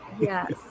Yes